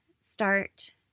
start